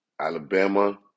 Alabama